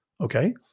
Okay